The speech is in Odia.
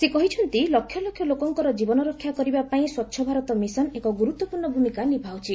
ସେ କହିଛନ୍ତି ଲକ୍ଷ ଲକ୍ଷ ଲୋକଙ୍କର ଜୀବନ ରକ୍ଷା କରିବା ପାଇଁ ସ୍ୱଚ୍ଚଭାରତ ମିଶନ ଏକ ଗୁରୁତ୍ୱପୂର୍ଣ୍ଣ ଭୂମିକା ଲିଭାଉଛି